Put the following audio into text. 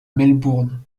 melbourne